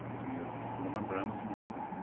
do you remember anything about it?